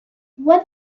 what